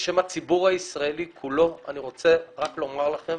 בשם הציבור הישראלי כולו אני רוצה רק לומר לכן